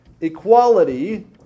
equality